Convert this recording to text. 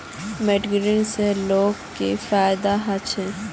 Marketing से लोगोक की फायदा जाहा?